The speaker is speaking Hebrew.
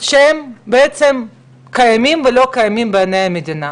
שהם בעצם קיימים ולא קיימים בעיניי המדינה.